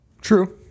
True